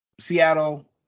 Seattle